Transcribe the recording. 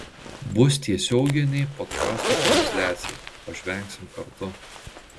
bus tiesioginė podkasto transliacija pažvengsim kartu